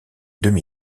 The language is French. demi